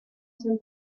some